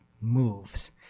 moves